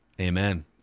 Amen